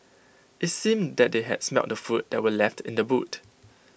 IT seemed that they had smelt the food that were left in the boot